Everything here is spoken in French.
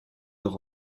leur